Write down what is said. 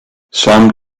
some